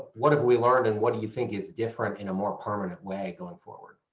what have we learned and what do you think is different in a more permanent way going forward?